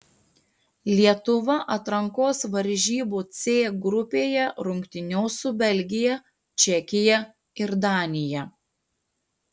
lietuva atrankos varžybų c grupėje rungtyniaus su belgija čekija ir danija